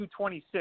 .226